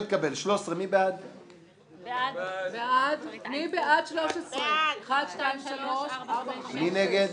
הצבעה בעד, מיעוט נגד, רוב נמנעים,